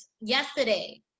yesterday